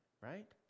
right